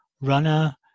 runner